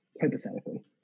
Hypothetically